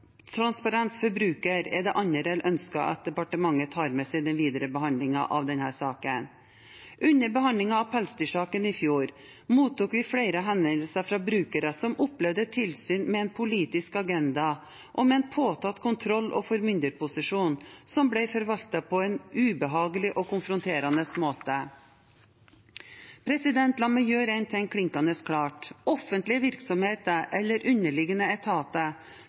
er det andre jeg ønsker at departementet tar med seg i den videre behandlingen av denne saken. Under behandlingen av pelsdyrsaken i fjor mottok vi flere henvendelser fra brukere som opplevde et tilsyn med en politisk agenda og med en påtatt kontroll- og formynderposisjon som ble forvaltet på en ubehagelig og konfronterende måte. La meg gjøre én ting klinkende klart: Offentlige virksomheter eller underliggende etater